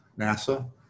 NASA